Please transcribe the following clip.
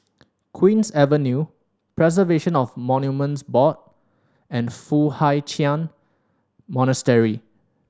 Queen's Avenue Preservation of Monuments Board and Foo Hai Ch'an Monastery